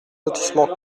lotissement